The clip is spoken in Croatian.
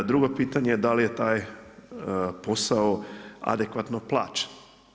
Drugo je pitanje, da li je ta posao adekvatno plaćen.